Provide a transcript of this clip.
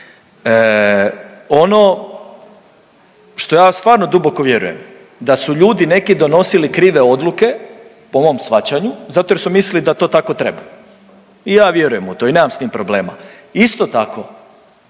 Ono što ja stvarno duboko vjerujem da su ljudi neki donosili krive odluke po mom shvaćanju zato jer su mislili da to tako treba i ja vjerujem u to i nemam s tim problema. Isto tako